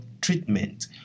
treatment